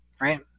right